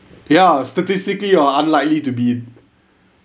ya statistically you are unlikely to be